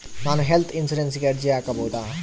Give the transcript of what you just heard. ನಾನು ಹೆಲ್ತ್ ಇನ್ಶೂರೆನ್ಸಿಗೆ ಅರ್ಜಿ ಹಾಕಬಹುದಾ?